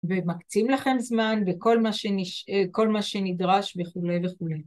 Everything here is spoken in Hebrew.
ומקצים לכם זמן בכל מה שנדרש וכולי וכולי.